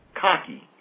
cocky